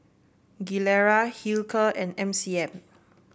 Gilera Hilker and M C M